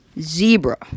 Zebra